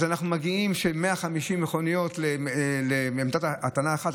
אז אנחנו מגיעים ל-150 מכוניות לעמדת הטענה אחת.